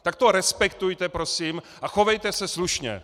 Tak to respektujte prosím a chovejte se slušně!